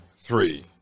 three